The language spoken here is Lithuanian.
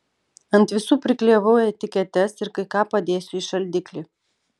ant visų priklijavau etiketes ir kai ką padėsiu į šaldiklį